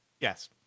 Yes